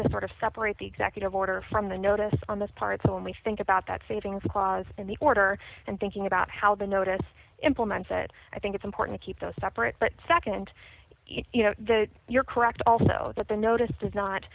to sort of separate the executive order from the notice on this part so when we think about that savings clause in the order and thinking about how the notice implemented i think it's important to keep those separate but nd you know that you're correct also that the notice does not